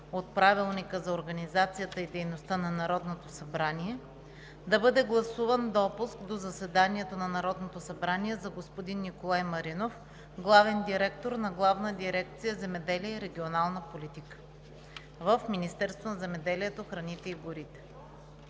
от Правилника за организацията и дейността на Народното събрание да бъде гласуван допуск до заседанието на Народното събрание на господин Николай Маринов – главен директор на Главна дирекция „Земеделие и регионална политика“ в Министерството на земеделието, храните и горите.